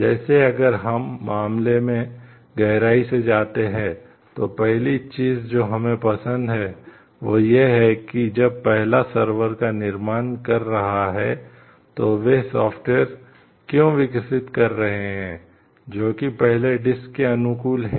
जैसे अगर हम मामले में गहराई से जाते हैं तो पहली चीज जो हमें पसंद है वह यह है कि जब पहला सर्वर के अनुकूल है